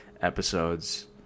episodes